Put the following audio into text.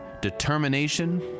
determination